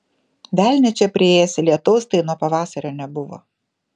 velnią čia priėsi lietaus tai nuo pavasario nebuvo